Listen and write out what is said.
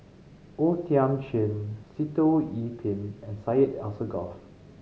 O Thiam Chin Sitoh Yih Pin and Syed Alsagoff